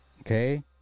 okay